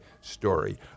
story